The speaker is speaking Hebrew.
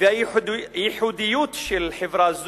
והייחודיות של חברה זו,